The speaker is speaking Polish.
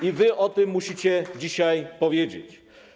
I wy o tym musicie dzisiaj powiedzieć.